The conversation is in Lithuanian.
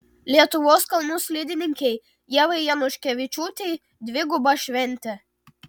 lietuvos kalnų slidininkei ievai januškevičiūtei dviguba šventė